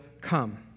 come